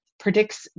Predicts